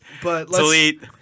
Delete